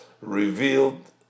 revealed